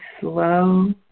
slow